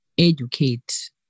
Educate